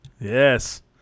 Yes